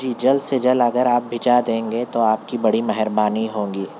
جی جلد سے جل اگر آپ بھیجا دیں گے تو آپ کی بڑی مہربانی ہونگی